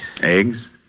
Eggs